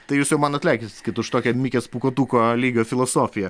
tai jūs man atleiskit už tokią mikės pūkuotuko lygio filosofiją